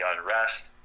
unrest